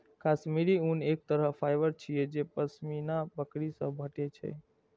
काश्मीरी ऊन एक तरहक फाइबर छियै जे पश्मीना बकरी सं भेटै छै